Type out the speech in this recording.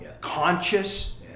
conscious